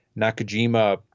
Nakajima